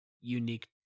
unique